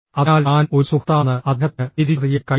അതിനാൽ താൻ ഒരു സുഹൃത്താണെന്ന് അദ്ദേഹത്തിന് തിരിച്ചറിയാൻ കഴിയും